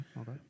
okay